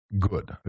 good